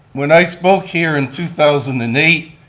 when i spoke here in two thousand and eight,